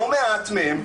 לא מעט מהם,